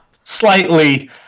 slightly